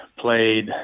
Played